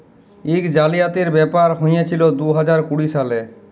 ইক জালিয়াতির ব্যাপার হঁইয়েছিল দু হাজার কুড়ি সালে